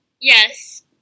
Yes